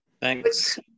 Thanks